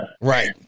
Right